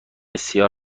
سیاه